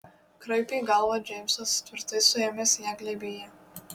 kraipė galvą džeimsas tvirtai suėmęs ją glėbyje